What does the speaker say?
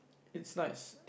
it's nice